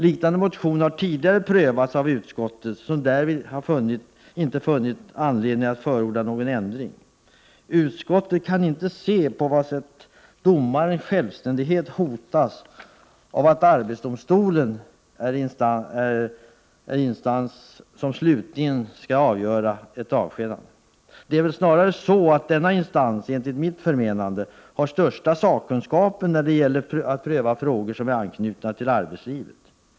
Liknande motion har tidigare prövats av utskottet, som därvid inte funnit anledning att förorda någon ändring. Utskottet kan inte se på vad sätt domarnas självständighet hotas av att arbetsdomstolen är den instans som slutligen skall avgöra ett avskedande. Det är snarare så att denna instans enligt mitt förmenande har den största sakkunskapen när det gäller att pröva frågor som är anknutna till arbetslivet.